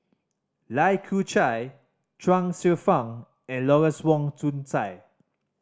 Lai Kew Chai Chuang Hsueh Fang and Lawrence Wong Shyun Tsai